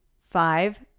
Five